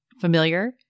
familiar